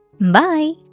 Bye